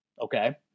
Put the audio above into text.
Okay